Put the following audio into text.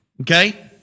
okay